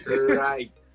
Right